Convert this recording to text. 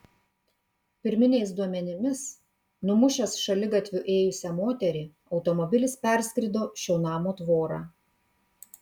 pirminiais duomenimis numušęs šaligatviu ėjusią moterį automobilis perskrido šio namo tvorą